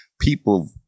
people